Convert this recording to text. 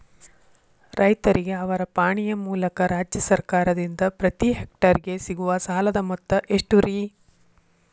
ರೈತರಿಗೆ ಅವರ ಪಾಣಿಯ ಮೂಲಕ ರಾಜ್ಯ ಸರ್ಕಾರದಿಂದ ಪ್ರತಿ ಹೆಕ್ಟರ್ ಗೆ ಸಿಗುವ ಸಾಲದ ಮೊತ್ತ ಎಷ್ಟು ರೇ?